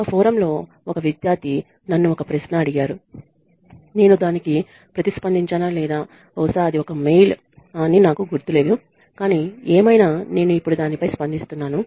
ఒక ఫోరమ్ లో ఒక విద్యార్థి నన్ను ఒక ప్రశ్న అడిగారు నేను దానికి ప్రతిస్పందించానా లేదా బహుశా అది ఒక మెయిల్ ఆ అని నాకు గుర్తులేదు కాని ఏమైనా నేను ఇప్పుడు దానిపై స్పందిస్తున్నాను